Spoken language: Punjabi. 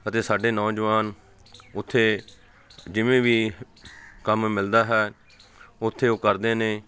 ਅਤੇ ਸਾਡੇ ਨੌਜਵਾਨ ਉੱਥੇ ਜਿਵੇਂ ਵੀ ਕੰਮ ਮਿਲਦਾ ਹੈ ਉੱਥੇ ਉਹ ਕਰਦੇ ਨੇ